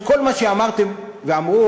כל מה שאמרתם ואמרו,